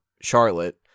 Charlotte